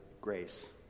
grace